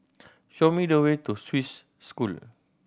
show me the way to Swiss School